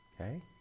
okay